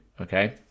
okay